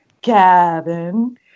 gavin